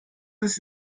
ist